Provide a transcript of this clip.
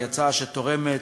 היא הצעה שתורמת.